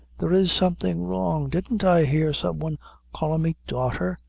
there is something wrong. didn't i hear some one callin' me daughter?